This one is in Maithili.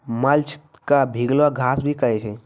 मल्च क भींगलो घास भी कहै छै